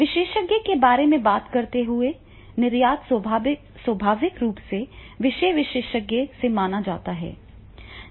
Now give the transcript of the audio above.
विशेषज्ञ के बारे में बात करते हुए निर्यात स्वाभाविक रूप से विषय विशेषज्ञ से माना जाता है